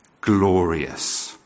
glorious